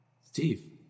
Steve